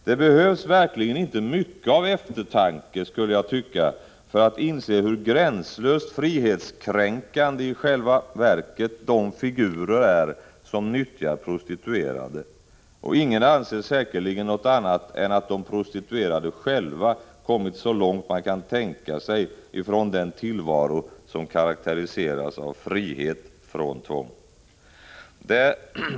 Det behövs verkligen inte mycket av eftertanke, skulle man tycka, för att inse hur gränslöst frihetskränkande de figurer i själva verket är som nyttjar prostituerade. Ingen anser säkerligen något annat än att de prostituerade själva kommit så långt man kan tänka sig ifrån den tillvaro som karakteriseras av frihet från tvång.